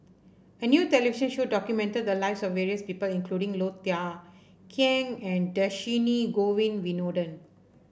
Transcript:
a new television show documented the lives of various people including Low Thia Khiang and Dhershini Govin Winodan